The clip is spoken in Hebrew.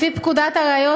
לפי פקודת הראיות,